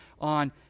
on